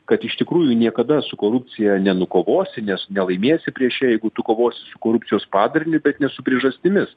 kad iš tikrųjų niekada su korupcija nenukovosi nes nelaimėsi prieš ją jeigu tu kovosi su korupcijos padariniu bet ne su priežastimis